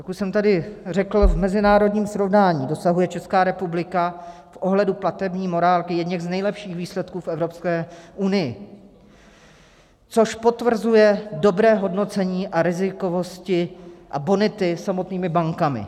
Jak už jsem tady řekl, v mezinárodním srovnání dosahuje Česká republika v ohledu platební morálky jedněch z nejlepších výsledků v Evropské unii, což potvrzuje dobré hodnocení rizikovosti a bonity samotnými bankami.